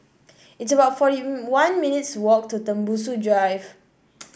it's about forty one minutes' walk to Tembusu Drive